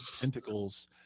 tentacles